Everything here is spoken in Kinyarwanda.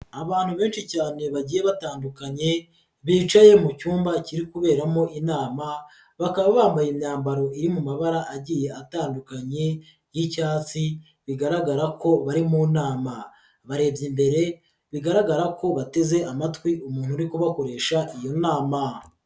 Abantu benshi cyane bagiye batandukanye bicaye mu cyumba kiri kuberamo inama, bakaba bambaye imyambaro iri mu mabara agiye atandukanye y'icyatsi bigaragara ko bari mu nama, barebye imbere bigaragara ko bateze amatwi umuntu uri kuba bakoresha iyo nama.